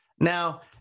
Now